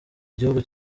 igihugu